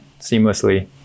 seamlessly